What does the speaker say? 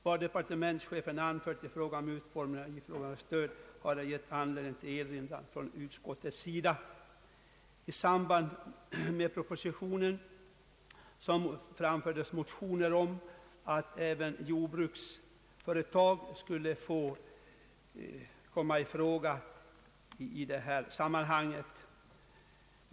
Vad departementschefen anfört i fråga om utformningen av ifrågavarande stöd har ej gett anledning till erinran från utskottets sida.» I samband med behandlingen av propositionen framfördes motioner om att även jordbruksföretag skulle komma i fråga i det här sammanhanget.